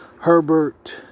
Herbert